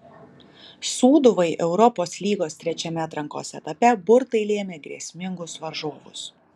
sūduvai europos lygos trečiame atrankos etape burtai lėmė grėsmingus varžovus